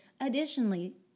additionally